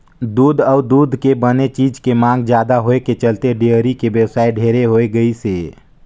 दूद अउ दूद के बने चीज के मांग जादा होए के चलते डेयरी के बेवसाय ढेरे होय गइसे